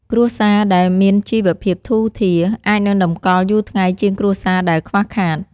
គ្រួសារដែលមានជីវភាពធូរធារ អាចនឹងតម្កល់យូរថ្ងៃជាងគ្រួសារដែលខ្វះខាត។